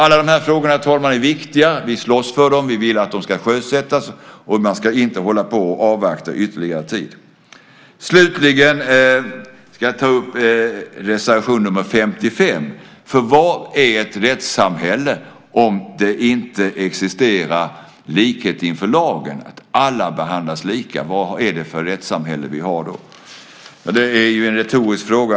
Alla de här frågorna är viktiga. Vi slåss för dem. Vi vill att de ska sjösättas. Man ska inte avvakta ytterligare en tid. Slutligen ska jag ta upp reservation nr 55. Vad är ett rättssamhälle om det inte existerar likhet inför lagen och om inte alla behandlas lika? Vad är det för rättsamhälle vi har då? Det är ju en retorisk fråga.